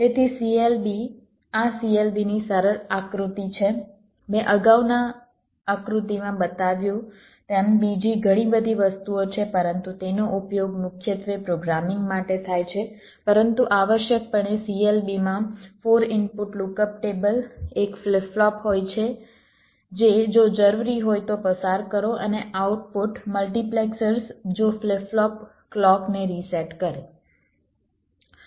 તેથી CLB આ CLB ની સરળ આકૃતિ છે મેં અગાઉના આકૃતિમાં બતાવ્યું તેમ બીજી ઘણી બધી વસ્તુઓ છે પરંતુ તેનો ઉપયોગ મુખ્યત્વે પ્રોગ્રામિંગ માટે થાય છે પરંતુ આવશ્યકપણે CLB માં 4 ઇનપુટ લુકઅપ ટેબલ એક ફ્લિપ ફ્લોપ હોય છે જે જો જરૂરી હોય તો પસાર કરો અને આઉટપુટ મલ્ટિપ્લેક્સર્સ જો ફ્લિપ ફ્લોપ ક્લૉકને રીસેટ કરે